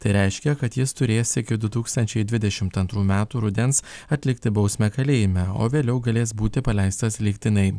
tai reiškia kad jis turės iki du tūkstančiai dvidešimt antrų metų rudens atlikti bausmę kalėjime o vėliau galės būti paleistas lygtinai